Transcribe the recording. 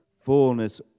fullness